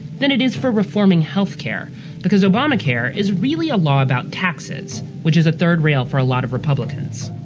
than it is for reforming health care because obamacare is really a law about taxes which is a third rail for a lot of republicans.